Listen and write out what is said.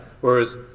Whereas